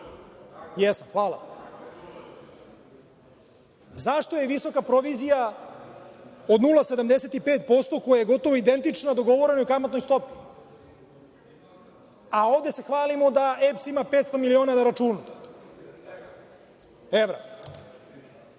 Jesam. Hvala.Zašto je visoka provizija od 0,75%, koja je gotovo identična dogovorenoj kamatnoj stopi, a ovde se hvalimo da EPS ima 500 miliona evra na računu?